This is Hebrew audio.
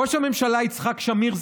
ראש הממשלה יצחק שמיר,